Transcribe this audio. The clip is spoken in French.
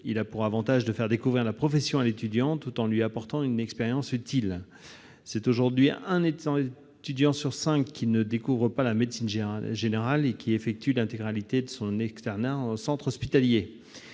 aurait pour avantage de faire découvrir la profession à l'étudiant tout en lui apportant une expérience utile. Aujourd'hui, un étudiant sur cinq ne découvre pas la médecine générale et effectue l'intégralité de son externat en centre hospitalier.